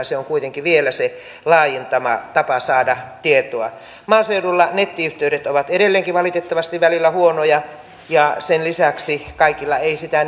se on kuitenkin vielä se laajin tapa saada tietoa maaseudulla nettiyhteydet ovat edelleenkin valitettavasti välillä huonoja ja sen lisäksi kaikilla ei sitä